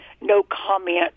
no-comment